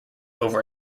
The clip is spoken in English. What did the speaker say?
over